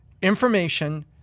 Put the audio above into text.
Information